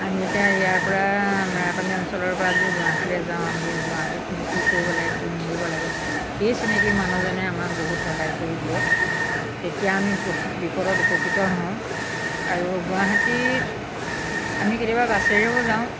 আমি এতিয়া ইয়াৰ পৰা মেৰাপানী অঞ্চলৰ পৰা আজি গুৱাহাটীলৈ যাওঁ আমি গুৱাহাটীত কি কৰিব লাগে কি মেলিব লাগে সেই চিনাকী মানুহজনে আমাক বহুত সহায় কৰি দিয়ে তেতিয়া আমি বিপদত উপকৃত হওঁ আৰু গুৱাহাটীত আমি কেতিয়াবা বাছেৰেও যাওঁ